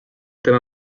tema